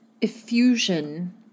effusion